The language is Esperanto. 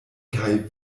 kaj